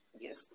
Yes